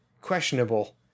questionable